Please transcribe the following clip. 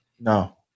No